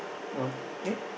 oh eh